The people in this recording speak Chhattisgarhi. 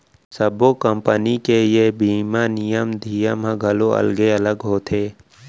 सब्बो कंपनी के ए बीमा नियम धियम ह घलौ अलगे अलग होथे